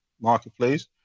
marketplace